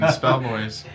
spellboys